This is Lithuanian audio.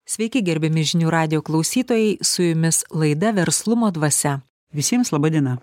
sveiki gerbiami žinių radijo klausytojai su jumis laida verslumo dvasia visiems laba diena